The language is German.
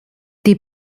die